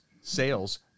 sales